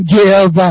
give